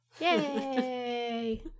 Yay